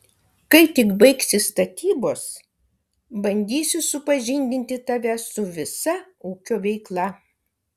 kai tik baigsis statybos bandysiu supažindinti tave su visa ūkio veikla